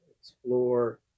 explore